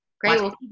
Great